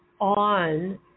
on